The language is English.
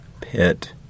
pit